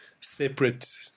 separate